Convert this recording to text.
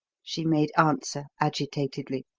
she made answer, agitatedly.